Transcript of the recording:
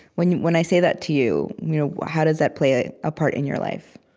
when when i say that to you, you know how does that play a ah part in your life?